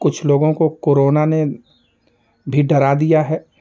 कुछ लोगों को कोरोना ने भी डरा दिया है